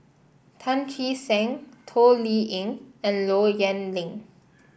Tan Che Sang Toh Liying and Low Yen Ling